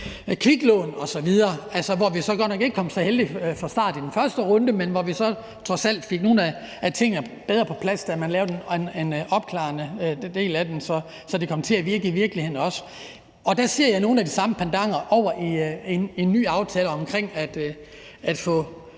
kviklån osv., hvor vi så godt nok ikke kom så heldigt fra start i den første runde, men hvor vi trods alt fik nogle af tingene bedre på plads, da vi lavede den opklarende del af det, så det også kom til at virke i virkeligheden. Der ser jeg lidt af en pendant i forhold til en ny aftale om at få